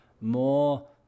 more